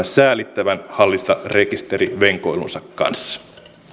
säälittävän hallintarekisterivenkoilunsa kanssa